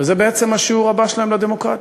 וזה בעצם השיעור הבא שלהם בדמוקרטיה.